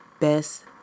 best